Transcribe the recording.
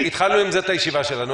התחלנו עם זה את הישיבה שלנו.